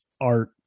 art